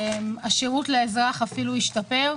השרות לאזרח אפילו ישתפר.